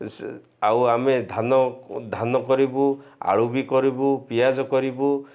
ଆଉ ଆମେ ଧାନ ଧାନ କରିବୁ ଆଳୁ ବି କରିବୁ ପିଆଜ କରିବୁ